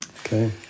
Okay